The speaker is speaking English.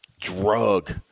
drug